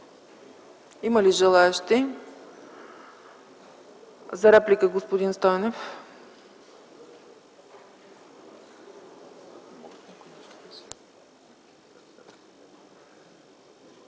Има ли желаещи за реплики? Господин Стойнев,